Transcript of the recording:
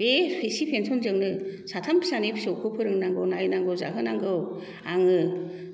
बे एसे पेनसनजोंनो साथाम फिसानि फिसौखौ फोरोंनांगौ नायनांगौ जाहोनांगौ आङो